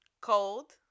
Cold